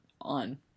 on